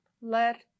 let